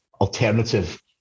alternative